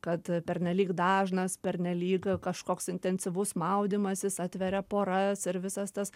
kad pernelyg dažnas pernelyg kažkoks intensyvus maudymasis atveria poras ir visas tas